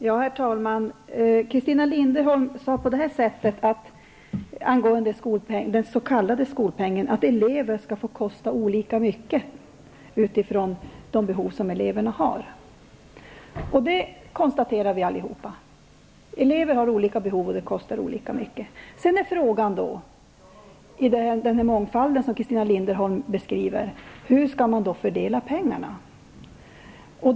Herr talman! Christina Linderholm sade angående den s.k. skolpengen att elever skall få kosta olika mycket utifrån deras behov. Och vi kan alla konstatera att elever har olika behov och kostar olika mycket. Men beträffande den mångfald som Christina Linderholm beskriver är frågan hur pengarna skall fördelas.